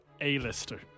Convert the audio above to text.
A-lister